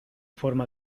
forma